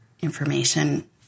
information